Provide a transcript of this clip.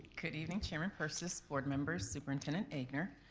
good evening, chairman persis, board members, superintendent egnor.